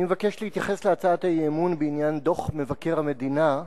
אני מבקש להתייחס להצעת האי-אמון בעניין דוח מבקר המדינה.